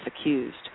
accused